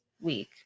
week